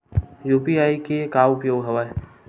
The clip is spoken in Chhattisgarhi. यू.पी.आई के का उपयोग हवय?